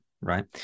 right